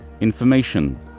Information